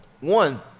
One